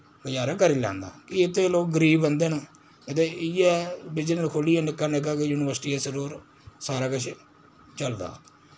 गुजारा करी लैंदा कि इत्थै लोक गरीब बंदे न ते इ'यै बिजनेस खोह्लियै निक्का निक्का के यूनिवस्टी दे सिरे पर सारा किश चलदा